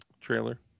trailer